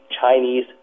Chinese